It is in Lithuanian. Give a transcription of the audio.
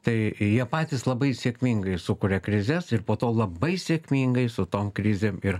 tai jie patys labai sėkmingai sukuria krizes ir po to labai sėkmingai su tom krizėm ir